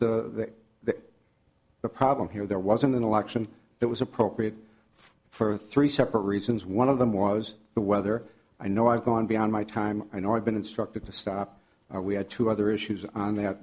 the problem here there wasn't an election that was appropriate for three separate reasons one of them was the weather i know i've gone beyond my time i know i've been instructed to stop we had two other issues on th